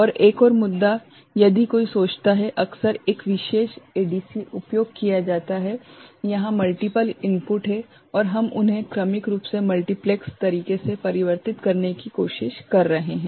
और एक और मुद्दा यदि कोई सोचता है अक्सर एक विशेष एडीसी उपयोग किया जाता है यहा मल्टीपल इनपुट हैं और हम उन्हें क्रमिक रूप से मल्टीप्लेक्स तरीके से परिवर्तित करने की कोशिश कर रहे हैं